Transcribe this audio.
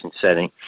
setting